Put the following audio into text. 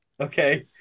okay